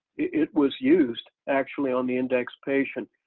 it was used actually on the index patient.